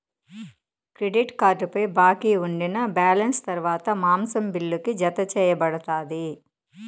credit కార్డుపై బాకీ ఉండినా బాలెన్స్ తర్వాత మాసం బిల్లుకి, జతచేయబడతాది